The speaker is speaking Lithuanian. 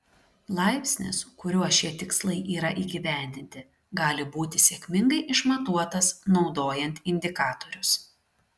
laipsnis kuriuo šie tikslai yra įgyvendinti gali būti sėkmingai išmatuotas naudojant indikatorius